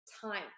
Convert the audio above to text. time